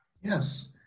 yes